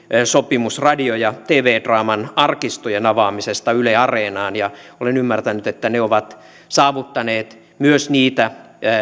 sopimus radio ja tv draaman arkistojen avaamisesta yle areenaan ja olen ymmärtänyt että ne ovat saavuttaneet myös niitä